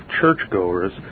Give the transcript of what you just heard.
churchgoers